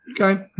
Okay